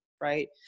right